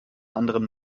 anderen